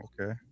Okay